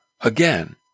again